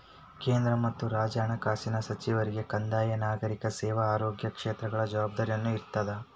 ಕೇಂದ್ರ ಮತ್ತ ರಾಜ್ಯ ಹಣಕಾಸಿನ ಸಚಿವರಿಗೆ ಕಂದಾಯ ನಾಗರಿಕ ಸೇವಾ ಆಯೋಗ ಕ್ಷೇತ್ರಗಳ ಜವಾಬ್ದಾರಿನೂ ಇರ್ತದ